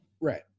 right